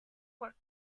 what